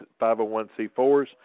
501c4s